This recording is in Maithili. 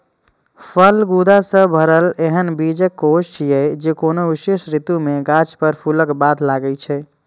फल गूदा सं भरल एहन बीजकोष छियै, जे कोनो विशेष ऋतु मे गाछ पर फूलक बाद लागै छै